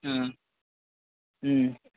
ও ও